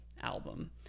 album